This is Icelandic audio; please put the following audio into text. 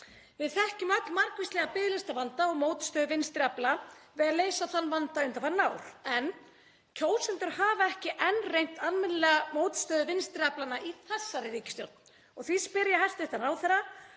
Við þekkjum öll margvíslegan biðlistavanda og mótstöðu vinstri afla við að leysa þann vanda undanfarin ár en kjósendur hafa ekki enn reynt almennilega mótstöðu vinstri aflanna í þessari ríkisstjórn. Því spyr ég hæstv. ráðherra